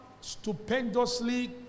stupendously